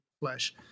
flesh